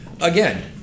Again